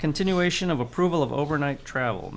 continuation of approval of overnight travel